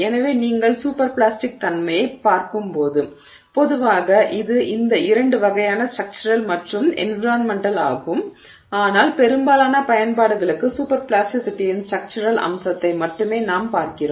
எனவே நீங்கள் super plastic தன்மையைப் பார்க்கும்போது பொதுவாக இது இந்த இரண்டு வகையான ஸ்ட்ரக்சுரல் மற்றும் என்விரான்மென்டல் ஆகும் ஆனால் பெரும்பாலான பயன்பாடுகளுக்கு சூப்பர் பிளாஸ்டிசிட்டியின் ஸ்ட்ரக்சுரல் அம்சத்தை மட்டுமே நாம் பார்க்கிறோம்